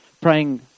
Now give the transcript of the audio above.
praying